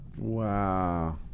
Wow